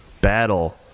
battle